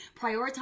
prioritize